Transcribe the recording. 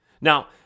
Now